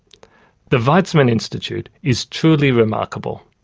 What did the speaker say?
the weizmann institute is truly remarkable,